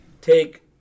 take